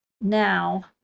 now